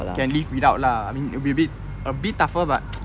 can live without lah I mean it'll be a bit a bit tougher but